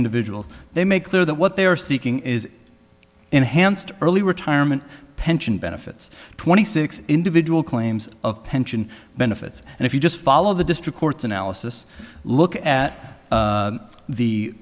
individual they make clear that what they are seeking is enhanced early retirement pension benefits twenty six individual claims of pension benefits and if you just follow the district court's analysis look at